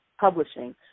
publishing